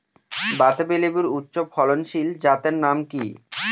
বাতাবি লেবুর উচ্চ ফলনশীল জাতের নাম কি?